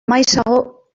maizago